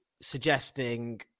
suggesting